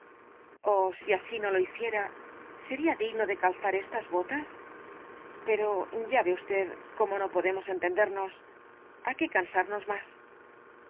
oh si así no lo hiciera sería digno de calzar estas botas pero ya ve usted como no podemos entendernos á qué cansarnos más